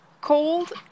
cold